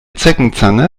zeckenzange